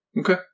okay